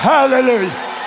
Hallelujah